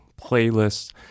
playlists